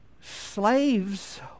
slaves